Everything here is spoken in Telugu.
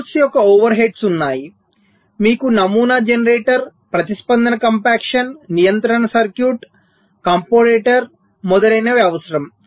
కోర్సు యొక్క ఓవర్ హెడ్స్ ఉన్నాయి మీకు నమూనా జనరేటర్ ప్రతిస్పందన కంప్యాక్షన్ నియంత్రణ సర్క్యూట్లు కంపోటేటర్ మొదలైనవి అవసరం